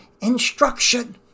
instruction